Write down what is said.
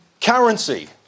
currency